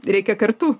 reikia kartu